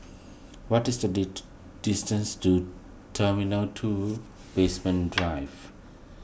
what is the distance to Terminal two Basement Drive